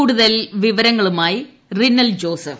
കൂടുതൽ വിവരങ്ങളുമായി റിനൽ ജോസഫ്